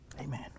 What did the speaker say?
Amen